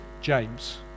James